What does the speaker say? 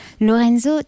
Lorenzo